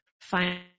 find